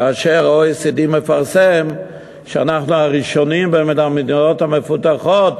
כאשר ה-OECD מפרסם שאנחנו הראשונים בעוני מבין המדינות המפותחות?